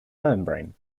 membrane